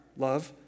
Love